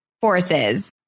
forces